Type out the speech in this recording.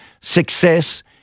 success